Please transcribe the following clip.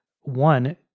one